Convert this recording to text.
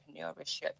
entrepreneurship